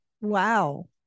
Wow